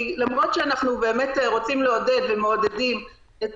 כי למרות שאנחנו באמת רוצים לעודד ומעודדים את